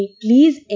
please